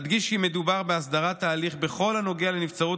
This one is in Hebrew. אדגיש כי מדובר בהסדרת ההליך בכל הנוגע לנבצרות